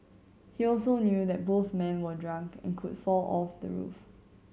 he also knew that both men were drunk and could fall off the roof